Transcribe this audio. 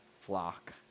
flock